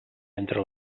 entre